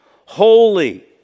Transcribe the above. holy